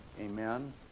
Amen